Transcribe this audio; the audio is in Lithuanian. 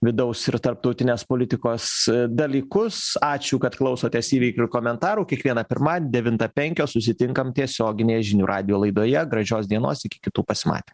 vidaus ir tarptautinės politikos dalykus ačiū kad klausotės įvykių ir komentarų kiekvieną pirmadienį devintą penkios susitinkam tiesioginėje žinių radijo laidoje gražios dienos iki kitų pasimatymų